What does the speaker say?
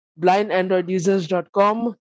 blindandroidusers.com